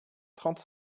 trente